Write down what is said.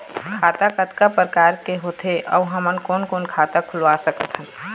खाता कतका प्रकार के होथे अऊ हमन कोन कोन खाता खुलवा सकत हन?